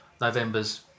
November's